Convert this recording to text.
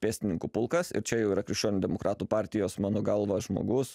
pėstininkų pulkas ir čia jau yra krikščionių demokratų partijos mano galva žmogus